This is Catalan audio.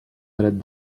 dret